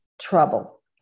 trouble